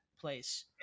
Place